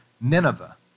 Nineveh